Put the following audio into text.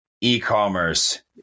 e-commerce